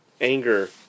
anger